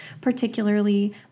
particularly